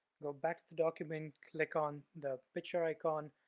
go back to the document, click on the picture icon,